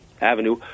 avenue